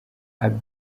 abi